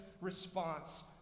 response